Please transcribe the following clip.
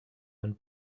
and